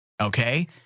Okay